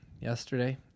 yesterday